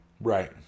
Right